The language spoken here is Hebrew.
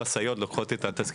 משאיות באות ולוקחות את התזקיקים,